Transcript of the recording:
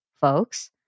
folks